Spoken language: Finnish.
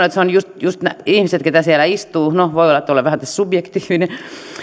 että ne ovat just ne ihmiset ketkä siellä istuvat no voi olla että olen tässä vähän subjektiivinen